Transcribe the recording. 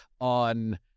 on